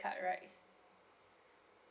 card right